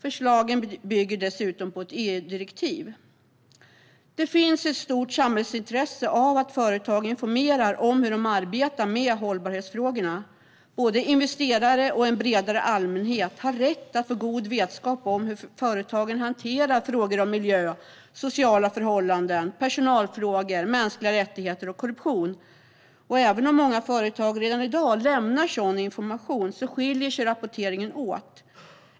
Förslagen bygger dessutom på ett EU-direktiv. Det finns ett stort samhällsintresse av att företag informerar om hur de arbetar med hållbarhetsfrågorna. Både investerare och en bredare allmänhet har rätt att få god vetskap om hur företagen hanterar frågor om miljö, sociala förhållanden, personalfrågor, mänskliga rättigheter och korruption. Även om många företag redan i dag lämnar sådan information skiljer sig rapporteringen åt.